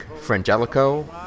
Frangelico